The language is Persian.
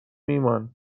ایمان